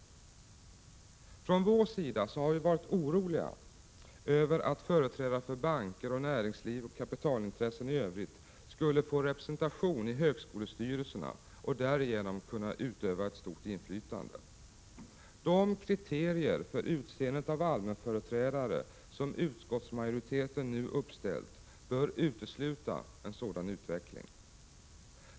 Från vår sida har vi varit oroliga för att företrädare för banker, näringsliv och kapitalintressen i övrigt skulle få representation i högskolestyrelserna och därigenom kunna utöva ett stort inflytande. De kriterier för utseendet av allmänföreträdare som utskottsmajoriteten nu uppställt bör utesluta en sådan utveckling.